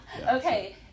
okay